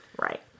Right